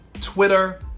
Twitter